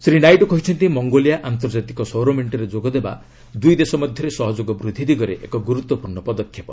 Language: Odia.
ଶ୍ରୀ ନାଇଡୁ କହିଛନ୍ତି ମଙ୍ଗୋଲିଆ ଆନ୍ତର୍ଜାତିକ ସୌର ମେଷ୍ଟରେ ଯୋଗ ଦେବା ଦୁଇ ଦେଶ ମଧ୍ୟରେ ସହଯୋଗ ବୃଦ୍ଧି ଦିଗରେ ଏକ ଗୁରୁତ୍ୱପୂର୍ଣ୍ଣ ପଦକ୍ଷେପ